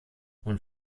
und